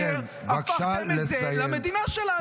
את תרבות השקר הפכתם למדינה שלנו.